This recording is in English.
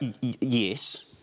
yes